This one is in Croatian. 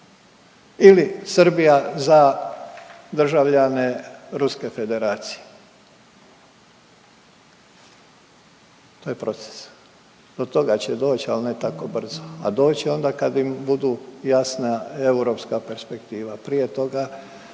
ili Srbija za državljane Ruske Federacije. To je proces, do toga će al ne tako brzo, a doće onda kad im budu jasna europska perspektiva, prije toga